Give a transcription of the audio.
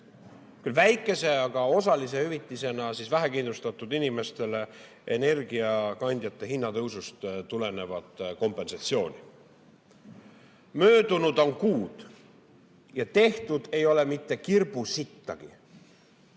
küll väikese, aga osalise hüvitisena vähekindlustatud inimestele energiakandjate hinna tõusust tulenevat kompensatsiooni. Möödunud on kuud ja tehtud ei ole mitte kirbusittagi.